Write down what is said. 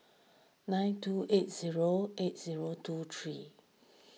nine two eight zero eight zero two three